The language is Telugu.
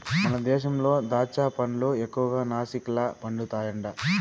మన దేశంలో దాచ్చా పండ్లు ఎక్కువగా నాసిక్ల పండుతండాయి